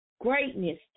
greatness